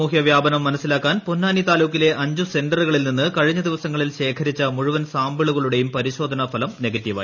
സാമൂഹ്യ വ്യാപനം മനസ്സിലാക്കാൻ പൊന്നാനി താലൂക്കിലെ അഞ്ച് സെന്ററുകളിൽനിന്ന് കഴിഞ്ഞ ദിവസങ്ങളിൽ ശേഖരിച്ച മുഴുവൻ സാമ്പിളുകളുടെയും പരിശോധനാ ഫലം നെഗറ്റീവായി